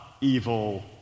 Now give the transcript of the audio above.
evil